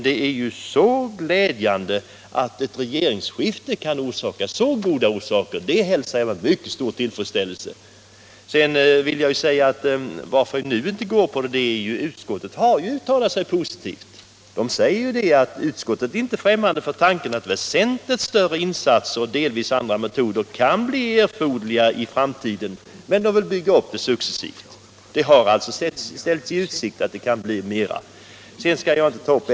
Det är gläd jande att ett regeringsskifte kan få så goda följder, och det hälsar jag med mycket stor tillfredsställelse. Utskottet har uttalat sig positivt och säger att det inte är främmande för tanken på att större insatser och delvis andra metoder kan bli erforderliga i framtiden, men det vill bygga upp detta successivt. Det har alltså ställts i utsikt ytterligare insatser.